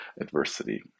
adversity